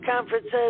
conferences